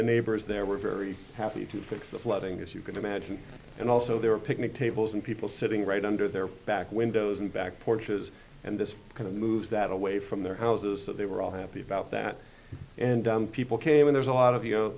the neighbors there were very happy to fix the flooding as you can imagine and also there are picnic tables and people sitting right under their back windows and back porches and this kind of moves that away from their houses so they were all happy about that and people came in there's a lot of